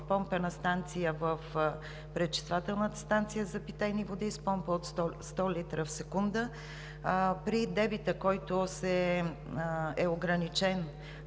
помпена станция в пречиствателната станция за питейни води с помпа от 100 литра в секунда. При дебита, който е ограничен